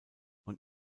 und